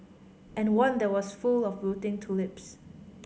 and one that was full of wilting tulips